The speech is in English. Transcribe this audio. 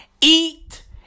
Eat